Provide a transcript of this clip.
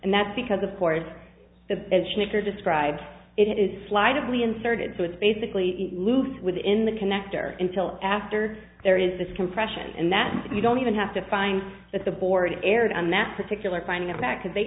and that's because of course the big shaker described it is slightly inserted so it's basically loose within the connector until after there is this compression and that you don't even have to find that the board aired on that particular kind of back because they